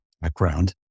background